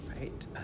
Right